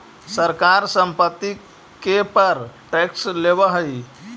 सरकार संपत्ति के पर टैक्स लेवऽ हई